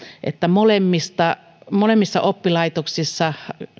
että molemmissa molemmissa oppilaitoksissa